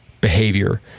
behavior